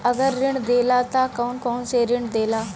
अगर ऋण देला त कौन कौन से ऋण देला?